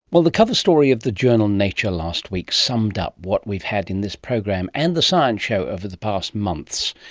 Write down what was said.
well the cover story of the journal nature last week summed up what we've had in this program and the science show over past months.